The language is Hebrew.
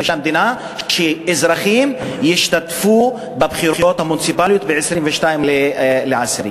המדינה שאזרחים ישתתפו בבחירות המוניציפליות ב-22 באוקטובר.